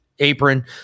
apron